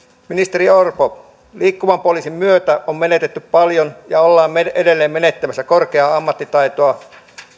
ministeri orpo liikkuvan poliisin myötä on menetetty paljon ja ollaan edelleen menettämässä korkeaa ammattitaitoa